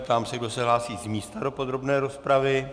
Ptám se, kdo se hlásí z místa do podrobné rozpravy.